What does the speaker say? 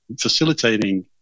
facilitating